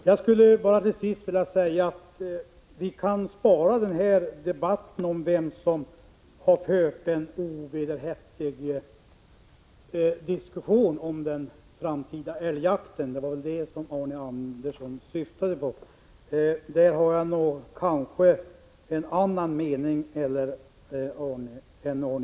Herr talman! Till sist skulle jag bara vilja säga att vi kan spara debatten om vem som har fört en ovederhäftig diskussion om den framtida älgjakten. Det var ju det som Arne Andersson i Ljung syftade på. Där har jag kanske en annan mening än Arne Andersson.